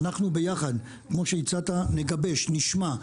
אנחנו ביחד, כמו שהצעת, נגבש, נשמע,